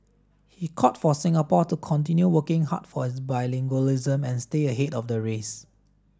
he called for Singapore to continue working hard for its bilingualism and stay ahead of the race